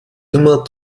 immer